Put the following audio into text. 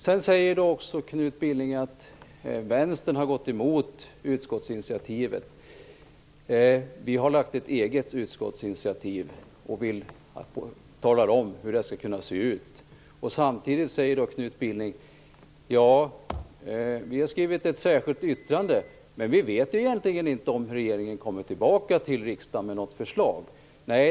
Sedan säger Knut Billing att Vänstern har gått emot utskottsinitiativet. Vi har föreslagit ett eget utskottsinitiativ och har talat om hur det skall kunna se ut. Knut Billing säger: Vi har skrivit ett särskilt yttrande, men vi vet egentligen inte om regeringen kommer tillbaka till riksdagen med något förslag.